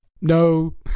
No